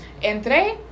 Entré